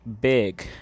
big